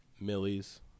Millies